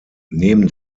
neben